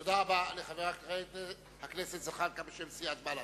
תודה רבה לחבר הכנסת זחאלקה בשם סיעת בל"ד.